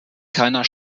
keiner